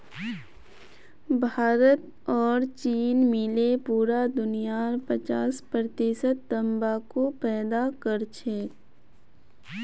भारत और चीन मिले पूरा दुनियार पचास प्रतिशत तंबाकू पैदा करछेक